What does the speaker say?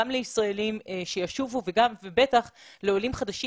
גם לישראלים שישובו ובטח לעולים חדשים